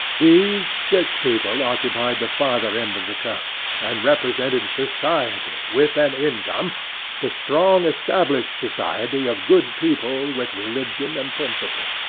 these six people occupied the farther end of the coach, and represented society with an income the strong, established society of good people with religion and principle.